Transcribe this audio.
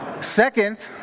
Second